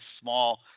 small